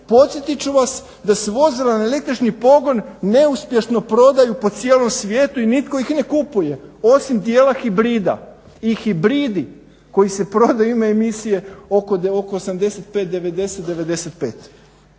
podsjetit ću vas da se vozila na električni pogon neuspješno prodaju po cijelom svijetu i nitko ih ne kupuje, osim dijela hibrida. I hibridi koji su prodaju imaj emisije oko 85, 90, 95.